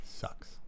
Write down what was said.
Sucks